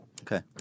Okay